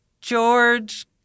George